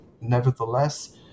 nevertheless